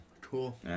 Cool